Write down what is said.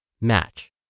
Match